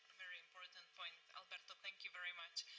very important point. alberto, thank you very much.